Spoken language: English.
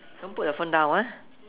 don't put your phone down ah